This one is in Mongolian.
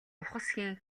ухасхийн